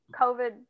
COVID